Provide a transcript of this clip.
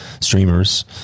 streamers